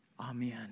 Amen